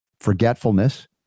forgetfulness